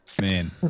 Man